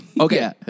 Okay